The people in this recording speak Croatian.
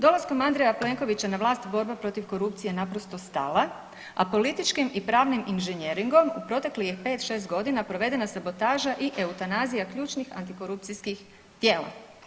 Dolaskom Andreja Plenkovića na vlast borba protiv korupcije je naprosto stala, a političkim i pravnim inženjeringom u proteklih je 5-6 godina provedena sabotaža i eutanazija ključnih antikorupcijskih tijela.